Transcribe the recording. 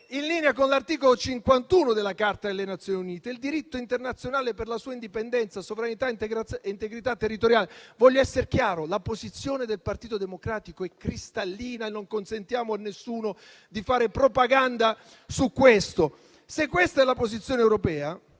in linea con l'articolo 51 della Carta delle Nazioni Unite: il diritto internazionale per la sua indipendenza, sovranità e integrità territoriale. Voglio essere chiaro: la posizione del Partito Democratico è cristallina e non consentiamo a nessuno di fare propaganda su questo. Se questa è la posizione europea,